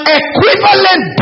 equivalent